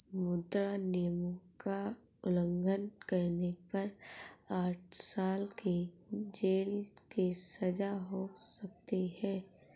मुद्रा नियमों का उल्लंघन करने पर आठ साल की जेल की सजा हो सकती हैं